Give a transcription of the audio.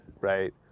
right